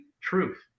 truth